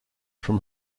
from